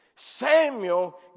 Samuel